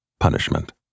punishment